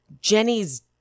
Jenny's